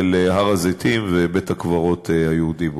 של הר-הזיתים ובית-הקברות היהודי בו.